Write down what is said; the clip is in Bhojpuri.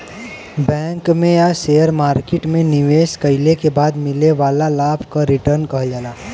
बैंक में या शेयर मार्किट में निवेश कइले के बाद मिले वाला लाभ क रीटर्न कहल जाला